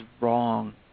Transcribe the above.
wrong